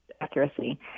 accuracy